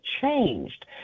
changed